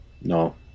No